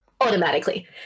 automatically